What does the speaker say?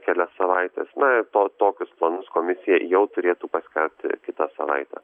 kelias savaites na to tokius planus komisija jau turėtų paskelbti kitą savaitę